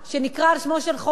שנקרא על שמו של דגן,